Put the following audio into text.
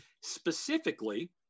Specifically